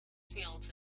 fields